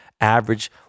average